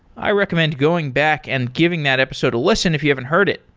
i recommend going back and giving that episode a listen if you haven't heard it.